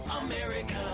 America